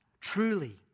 truly